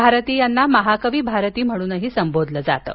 भारती यांना महाकवी भारती म्हणूनही संबोधले जात असे